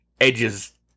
Edge's